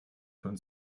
von